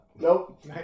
Nope